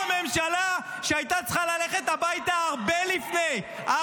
ממשלה שהייתה צריכה ללכת הביתה הרבה לפני כן,